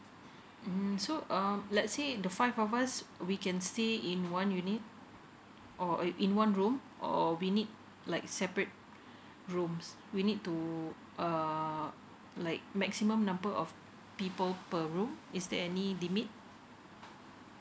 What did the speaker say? mm so uh let's say the five of us we can stay in one unit or err in one room or we need like separate rooms we need to uh like maximum number of people per room is there any limit